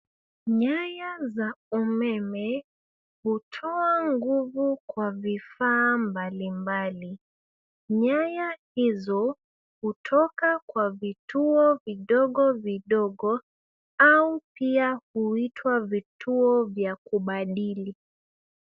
Nyaya za umeme hutoa nguvu kwa vifaa mbalimbali. Nyaya hizo kutoka kwa vituo vidogo vidogo au pia huitwa vituo vya kubadili.